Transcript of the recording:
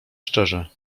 szczerze